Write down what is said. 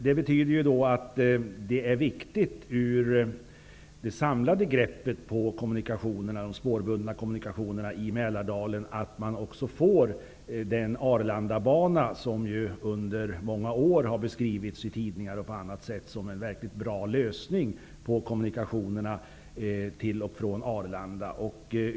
Det är viktigt för det samlade greppet på de spårbundna kommunikationerna i Mälardalen att man också får den Arlandabana som under många år har beskrivits i tidningar och på annat sätt som en verkligt bra lösning på kommunikationerna till och från Arlanda.